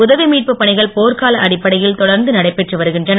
உதவி மீட்புப் பணிகள் போர்க்கால அடிப்படையில் தொடர்ந்து நடைபெற்று வருகின்றன